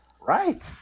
Right